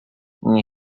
nie